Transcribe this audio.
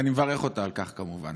ואני מברך אותה על כך, כמובן,